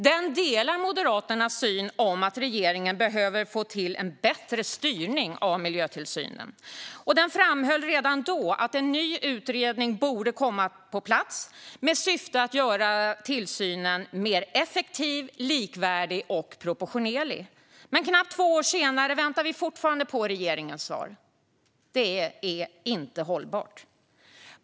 Den delar moderaternas syn att regeringen behöver få till en bättre styrning av miljötillsynen. Den framhöll redan då att en ny utredning borde komma på plats med syfte att göra tillsynen mer effektiv, likvärdig och proportionerlig. Men knappt två år senare väntar vi fortfarande på regeringens svar. Det är inte hållbart.